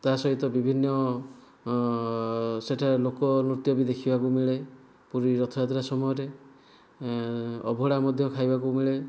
ତାହା ସହିତ ବିଭିନ୍ନ ସେଠାରେ ଲୋକନୃତ୍ୟ ବି ଦେଖିବାକୁ ମିଳେ ପୁରୀ ରଥଯାତ୍ରା ସମୟରେ ଅଭଡ଼ା ମଧ୍ୟ ଖାଇବାକୁ ମିଳେ